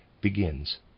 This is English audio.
begins